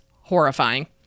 horrifying